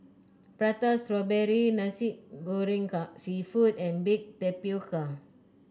Prata Strawberry Nasi Goreng seafood and Baked Tapioca